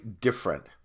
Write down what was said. different